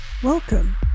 Welcome